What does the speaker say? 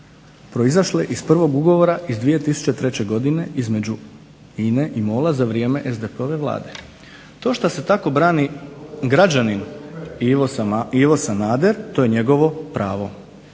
proizašle iz prvog ugovora iz 2003. Godine između INA-e i MOL-a za vrijeme SDP-ove Vlade. To što se tako brani građanin Ivo Sanader to je njegovo pravo.